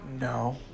No